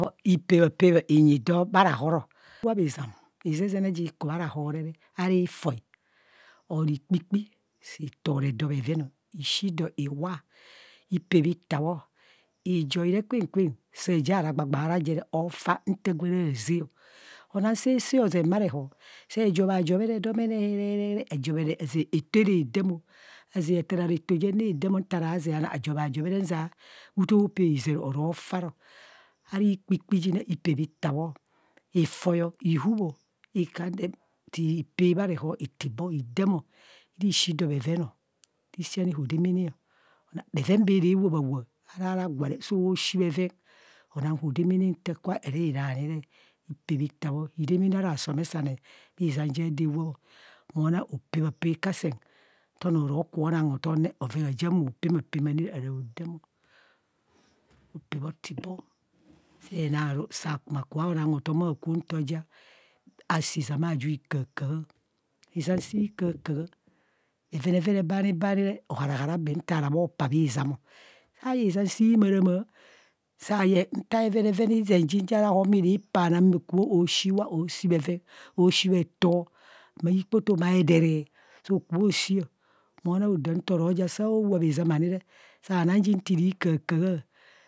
Ipebapebho nyi do bha ra horọ, saa wap izam ízezene ji ku bhars họ re ara ifoi or ikpikpi si tore do bheven ọ, ishi dọ iwa ipeitabho. ijoi re kwen kwen sa jieng ara gbagbaraje, ọọfa nta gwo ara zeng ọ onang so saa hozeng bha rehọ, se jobhajobhere domenee, ezeng eto ara damọ, azeng athararo eto jene hedain ọ nta ra ze na, ajobhere nzia utope aro faro, ara ikpakpi jin ne ipeitabho, ifai o, ihubho, ikandem o- si pe bhareho itabho, ire shi dọ bheven ọ. Sii shi ani, hodemene ọ. Bheven bee re wap a wap ara ragwa re so shi bheven onang hodemene ọ nti ku inane re, ipeitabho, hidemene ara asomesane bhizam ja ado ewap o monang opekhape kasen nto anọọ oro kubho onang hotom re, bhoven bho jieng bho pemapema ani re ara hodam opeotibho enaru sa kubho aonang hotom akwo nto ja asạạ izam aju ikahakaha, izam sii kahakaha bhevenevene baani baani re oharahara bee nta ra bhopa bhizam ọ, sayeng izam sii mạrạmạ, sa yeng nta bhevenevene ìzen jim ja raho m iri paana ikubho oshi ima oshi bheven, oshi bheto maa ikpoto, maa edere soọ kubho shi ọ monang odam sao wap izam ani re sao nang ji nti ri kahakaha.